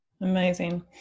Amazing